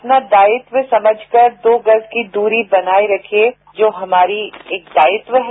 अपना दायित्व समझकर दो गज की दूरी बनाए रखिए जो हमारा दायित्व है